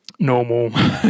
normal